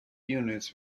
units